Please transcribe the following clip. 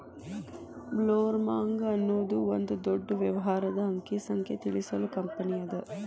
ಬ್ಲೊಮ್ರಾಂಗ್ ಅನ್ನೊದು ಒಂದ ದೊಡ್ಡ ವ್ಯವಹಾರದ ಅಂಕಿ ಸಂಖ್ಯೆ ತಿಳಿಸು ಕಂಪನಿಅದ